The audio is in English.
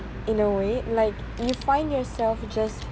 in a way like you find yourself just